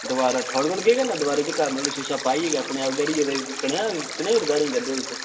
दवारै थुआढ़े कोल केह् करना दवारै जेह्का मतलब शीशा पाइयै ते अपने आप करियै ते कनेहा कनेही रिपेअरिंग करदे तुस